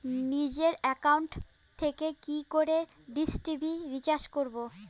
নিজের bank account থেকে কি করে ডিশ টি.ভি রিচার্জ করবো?